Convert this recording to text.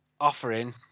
offering